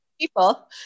people